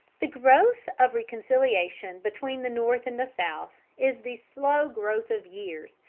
the growth of reconciliation between the north and the south is the slow growth of years,